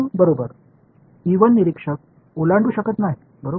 बरोबर निरीक्षक ओलांडू शकत नाही बरोबर आहे